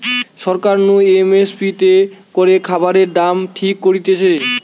সরকার নু M S P তে করে খাবারের দাম ঠিক করতিছে